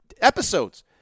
episodes